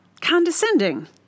condescending